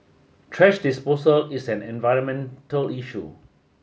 thrash disposal is an environmental issue